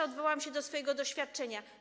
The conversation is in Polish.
Odwołam się do swojego doświadczenia.